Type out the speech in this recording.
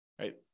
right